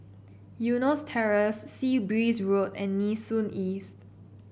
Eunos Terrace Sea Breeze Road and Nee Soon East